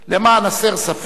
למען הסר ספק,